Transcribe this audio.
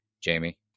Jamie